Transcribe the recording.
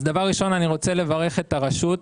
אז דבר ראשון, אני רוצה לברך את הרשות.